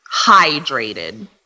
hydrated